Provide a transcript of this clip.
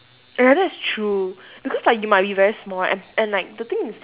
ya that's true because like you might be very small right and and like the thing is